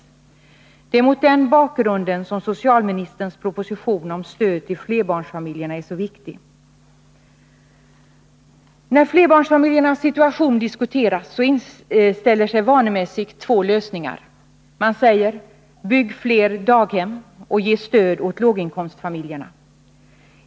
i Det är mot den här bakgrunden som socialministerns proposition om stöd till flerbärnsfamiljerna är så viktig. När flerbarnsfamiljernas situation diskuteras, inställer sig vanemässigt två lösningar. Man säger: Bygg fler daghem och ge stöd åt låginkomstfamiljerna!